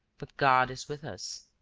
but god is with us.